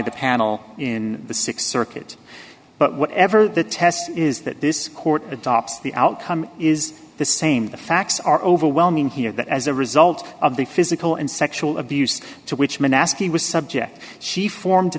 the panel in the th circuit but whatever the test is that this court adopts the outcome is the same the facts are overwhelming here that as a result of the physical and sexual abuse to which men ascii was subject she formed to